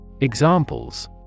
Examples